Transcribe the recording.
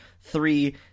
three